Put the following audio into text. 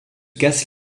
casse